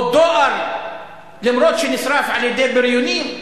או דואר, אף-על-פי שנשרף על-ידי בריונים?